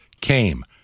came